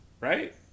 right